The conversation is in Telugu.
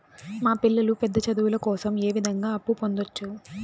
మా పిల్లలు పెద్ద చదువులు కోసం ఏ విధంగా అప్పు పొందొచ్చు?